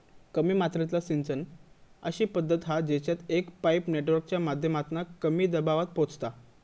कमी मात्रेतला सिंचन अशी पद्धत हा जेच्यात एक पाईप नेटवर्कच्या माध्यमातना कमी दबावात पोचता